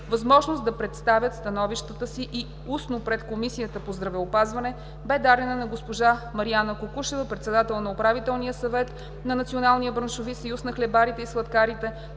Възможност да представят становищата си и устно пред Комисията по здравеопазването бе дадена на госпожа Мариана Кукушева, председател на Управителния съвет на Национален браншови съюз на хлебарите и сладкарите;